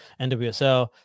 nwsl